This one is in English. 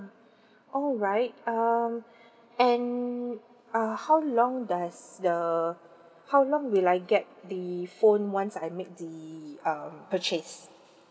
alright um and uh how long does the how long will I get the phone once I make the um purchase